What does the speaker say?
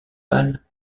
pâle